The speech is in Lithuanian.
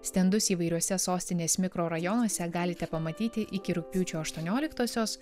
stendus įvairiuose sostinės mikrorajonuose galite pamatyti iki rugpjūčio aštuonioliktosios